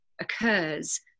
occurs